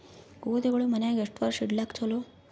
ಗೋಧಿಗಳು ಮನ್ಯಾಗ ಎಷ್ಟು ವರ್ಷ ಇಡಲಾಕ ಚಲೋ?